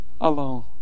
alone